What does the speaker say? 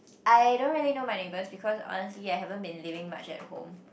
I don't really know my neighbors because honestly I haven't been living much at home